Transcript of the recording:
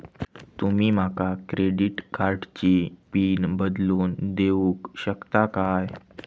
तुमी माका क्रेडिट कार्डची पिन बदलून देऊक शकता काय?